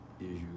issues